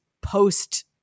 post